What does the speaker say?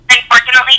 Unfortunately